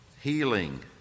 healing